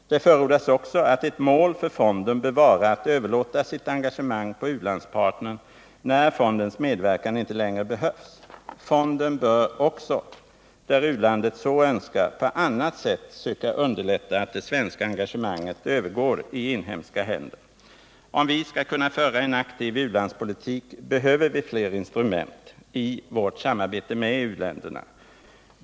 Det förordas också att ett mål för fonden bör vara att överlåta sitt engagemang på u-landspartnern när fondens medverkan inte längre behövs. Fonden bör också, där u-landet så önskar, på annat sätt söka underlätta att det svenska engagemanget övergår i inhemska händer. Om vi skall kunna föra en aktiv u-landspolitik, behöver vi fler instrument i vårt samarbete med u-länderna.